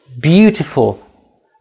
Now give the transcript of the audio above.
beautiful